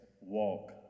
walk